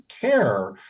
care